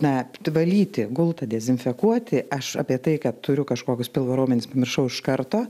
na valyti gultą dezinfekuoti aš apie tai kad turiu kažkokius pilvo raumenis pamiršau iš karto